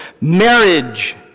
Marriage